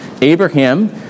abraham